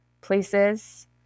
places